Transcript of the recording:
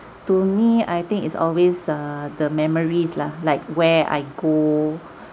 to me I think it's always err the memories lah like where I go